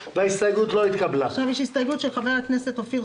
0. נציג משרד האוצר,